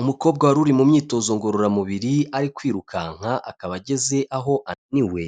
Umukobwa wari uri mu myitozo ngororamubiri ari kwirukanka akaba ageze aho ananiwe,